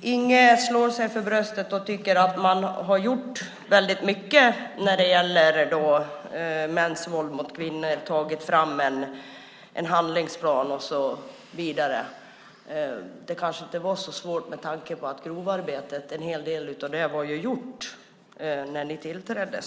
Inge slår sig för bröstet och tycker att man har gjort väldigt mycket när det gäller mäns våld mot kvinnor. Man har tagit fram en handlingsplan och så vidare. Det kanske inte var så svårt med tanke på att en hel del av grovarbetet var gjort när ni tillträdde.